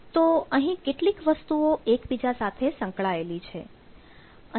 તો અહીં કેટલીક વસ્તુઓ એકબીજા સાથે સંકળાયેલી છે